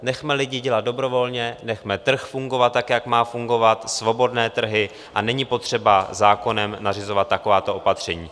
Nechme lidi dělat dobrovolně, nechme trh fungovat tak, jak má fungovat, svobodné trhy, a není potřeba zákonem nařizovat takováto opatření.